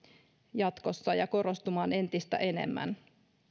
jatkossa ja korostumaan entistä enemmän